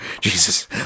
Jesus